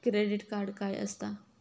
Credit card काय असता?